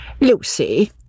Lucy